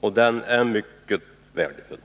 och det är någonting som är mycket värdefullt.